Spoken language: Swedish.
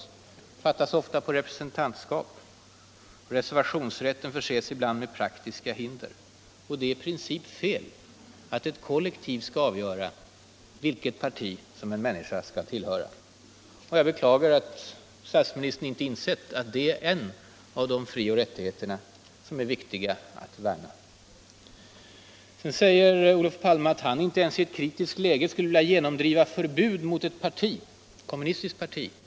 De fattas ofta på representantskap, och reservationsrätten förses ibland med praktiska hinder. Och det är i princip fel att ett kollektiv skall avgöra vilket parti en människa skall tillhöra. Jag beklagar att statsministern inte insett att det är en av de frioch rättigheter som är viktiga att värna om. Nu sade Olof Palme att han inte ens i etwt kritiskt läge skulle vilja genomdriva förbud mot ett kommunistiskt parti.